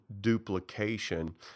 duplication